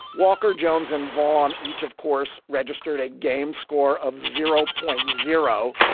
walker jones and vaughn each, of course, registered a game score of zero point zero,